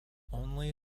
only